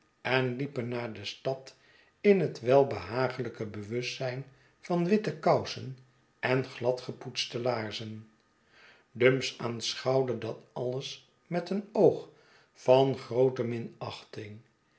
en liepen naar de stad in het welbehagelijke bewustzijn van witte kousen en gladgepoetste laarzen dumps aanschouwde dat alles met een oog van groote